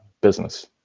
business